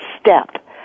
step